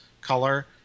color